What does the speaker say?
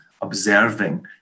observing